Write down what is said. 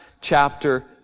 chapter